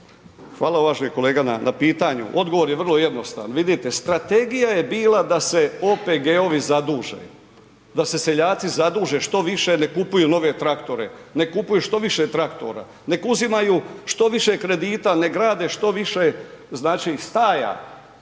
Hvala uvaženi kolega na pitanju. Odgovor je vrlo jednostavan, vidite, strategija je bila da se OPG-ovi zaduže, da se seljaci zaduže što više nek kupuju nove traktore, nek kupuju što više traktora, nek uzimaju što više kredita, nek grade što više staja.